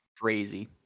crazy